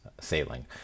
sailing